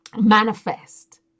manifest